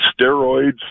steroids